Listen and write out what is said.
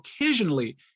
occasionally